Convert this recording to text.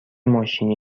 ماشینی